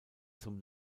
zum